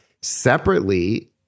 separately